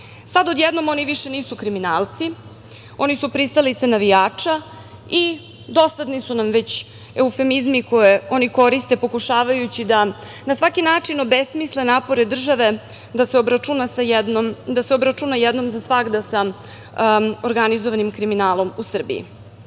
Sada, odjednom, oni više nisu kriminalci, oni su pristalice navijača i dosadni su nam već eufemizmi koji oni koriste, pokušavajući da na svaki način obesmisle napore države da se obračuna jednom za svagda sa organizovanim kriminalom u